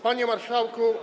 Panie Marszałku!